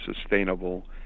sustainable